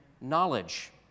knowledge